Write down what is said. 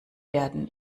werden